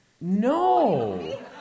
No